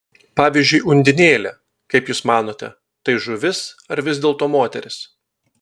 pavyzdžiui undinėlė kaip jūs manote tai žuvis ar vis dėlto moteris